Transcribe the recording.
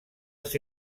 els